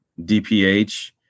DPH